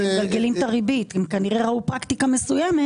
הם כנראה ראו פרקטיקה מסוימת.